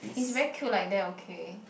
he's very cute like that okay